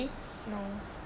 no